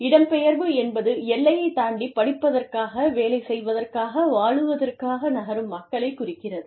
இடம்பெயர்வு என்பது எல்லையைத் தாண்டி படிப்பதற்காக வேலை செய்வதற்காக வாழுவதற்காக நகரும் மக்களைக் குறிக்கிறது